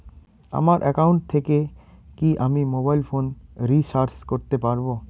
আমার একাউন্ট থেকে কি আমি মোবাইল ফোন রিসার্চ করতে পারবো?